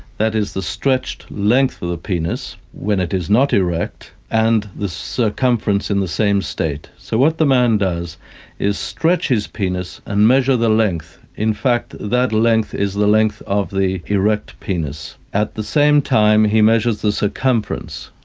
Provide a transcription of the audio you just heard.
that is the stretched length of the penis when it is not erect, and the circumference in the same state. so what the man does is stretch his penis and measure the length. in fact that length is the length of the erect penis. at the same time he measures the circumference.